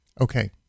okay